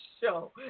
show